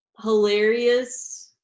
hilarious